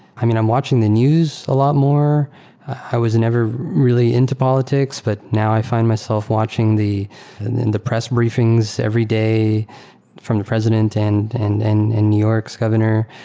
i mean, i'm watching the news a lot more i was never really into politics, but now i find myself watching the and the press briefings every day from the president and and and new york's governor.